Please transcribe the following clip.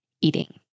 eating